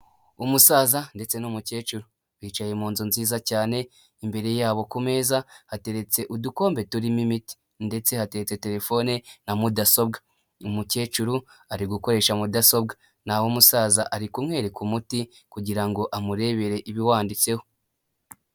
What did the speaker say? Umusaza ndetse n'umukecuru bicaye mu nzu nziza cyane, imbere yabo ku meza hateretse udukombe turimo imiti ndetse hatetse telefone na mudasobwa, umukecuru ari gukoresha mudasobwa naho umusaza ari kumwereka umuti kugira ngo amurebere ibiwanditseho.